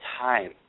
time